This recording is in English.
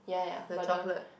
the chocolate